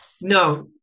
No